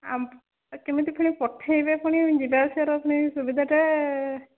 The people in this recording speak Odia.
ଆଉ କେମିତି ପୁଣି ପଠାଇବେ ପୁଣି ଯିବା ଆସିବାର ପୁଣି ସୁବିଧାଟା